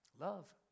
Love